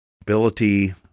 ability